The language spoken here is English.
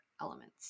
elements